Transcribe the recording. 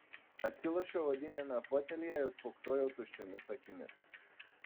atsilošiau odiniame fotelyje ir spoksojau tuščiomis akimis